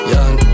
Young